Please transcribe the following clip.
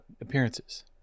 appearances